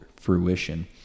fruition